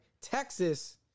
Texas